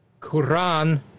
Quran